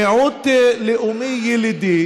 מיעוט לאומי ילידי